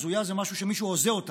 הזויה זה משהו שמישהו הוזה אותו.